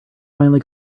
finally